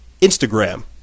Instagram